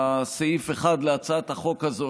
סעיף 1 להצעת החוק הזו,